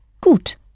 Gut